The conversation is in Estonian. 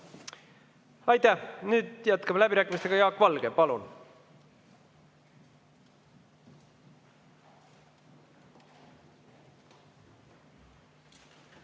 Aitäh! Nüüd jätkame läbirääkimistega. Jaak Valge, palun!